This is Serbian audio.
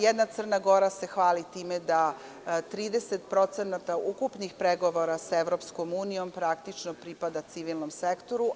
Jedna Crna Gora se hvali time da 30% ukupnih pregovora se EU praktično pripada civilnom sektoru.